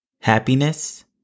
Happiness